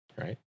right